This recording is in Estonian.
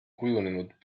kujunenud